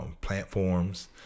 platforms